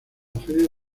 feria